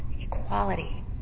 equality